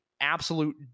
absolute